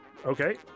Okay